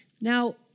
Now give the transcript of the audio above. Now